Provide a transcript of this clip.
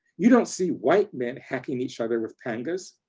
you don't see white men hacking each other with pangas.